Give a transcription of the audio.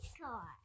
car